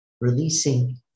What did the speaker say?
releasing